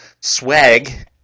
swag